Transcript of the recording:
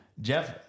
Jeff